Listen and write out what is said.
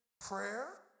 prayer